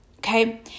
Okay